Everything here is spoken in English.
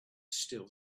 still